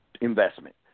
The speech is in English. investment